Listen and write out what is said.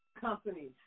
companies